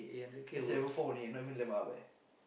that's level four only eh not even level up eh